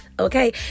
Okay